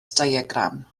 diagram